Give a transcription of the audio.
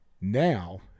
now